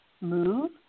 move